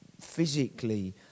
physically